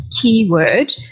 keyword